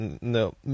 No